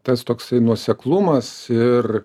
tas toksai nuoseklumas ir